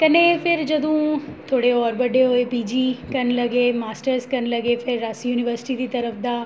कन्नै फिर जदूं थोह्ड़े होर बड्डे होए पी जी करन लगे मास्टर्ज़ करन लगे फिर अस यूनिवर्सिटी दी तरफ दा